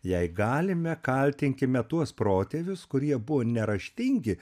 jei galime kaltinkime tuos protėvius kurie buvo neraštingi